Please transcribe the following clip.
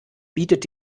bietet